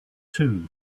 too